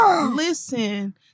Listen